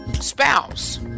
spouse